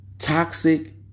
Toxic